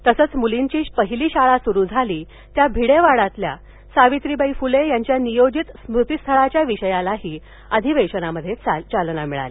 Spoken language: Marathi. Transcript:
तसंच मुलींची पहिली शाळा सुरु झाली त्या भिडे वाड्यातील सावित्रीबाई फुले यांच्या नियोजित स्मृतिस्थळाच्या विषयालाही अधिवेशनात चालना मिळाली